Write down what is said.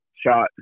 shot